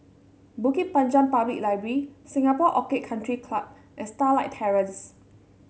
Bukit Panjang Public Library Singapore Orchid Country Club and Starlight Terrace